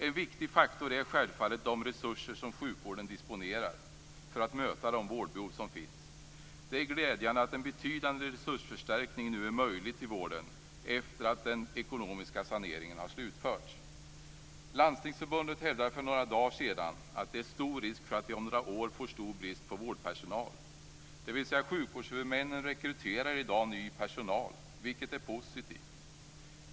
En viktig faktor är självfallet de resurser som sjukvården disponerar för att möta de vårdbehov som finns. Det är glädjande att en betydande resursförstärkning nu är möjlig till våren efter att den ekonomiska saneringen har slutförts. Landstingsförbundet hävdade för några dagar sedan att det är stor risk för att vi om några år får stor brist på vårdpersonal, dvs. sjukvårdsmännen rekryterar i dag ny personal, vilket är positivt.